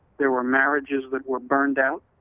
there were marriages that were burned out.